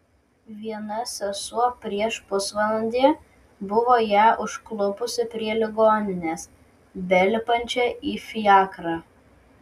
viena sesuo prieš pusvalandį buvo ją užklupusi prie ligoninės belipančią į fiakrą